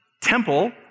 temple